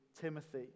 Timothy